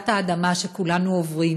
שברעידת האדמה שכולנו עוברים,